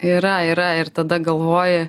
yra yra ir tada galvoji